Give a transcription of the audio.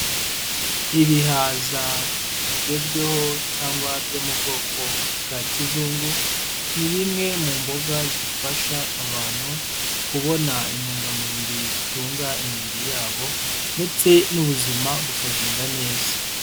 Ibihaza bigezweho cyangwa byo mu bwoko bwa kizungu, ni bimwe mu mboga zifasha abantu kubona intungamubiri zitunga imibiri yabo ndetse n'ubuzima bukagenda neza.